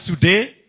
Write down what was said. today